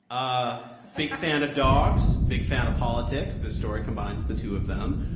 ah big fan of dogs. big fan of politics. this story combines the two of them.